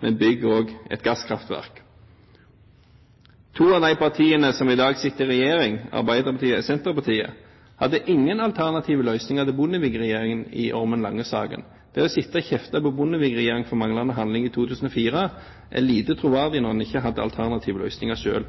men bygg også et gasskraftverk. To av de partiene som i dag sitter i regjering, Arbeiderpartiet og Senterpartiet, hadde ingen alternative løsninger til Bondevik-regjeringen i Ormen Lange-saken. Det å sitte og kjefte på Bondevik-regjeringen for manglende handling i 2004 er lite troverdig når en ikke hadde alternative løsninger selv.